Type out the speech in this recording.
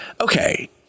okay